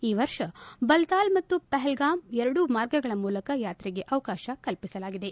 ಈ ವರ್ಷ ಬಲ್ತಾಲ್ ಮತ್ತು ಪಹಲ್ಗಾಮ್ ಎರಡೂ ಮಾರ್ಗಗಳ ಮೂಲಕ ಯಾತ್ರೆಗೆ ಅವಕಾಶ ಕಲ್ಪಿಸಲಾಗಿದೆ